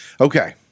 Okay